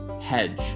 hedge